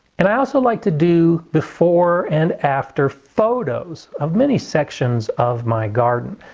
and i also like to do before and after photos of many sections of my garden.